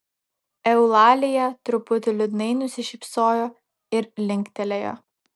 eulalija truputį liūdnai nusišypsojo ir linktelėjo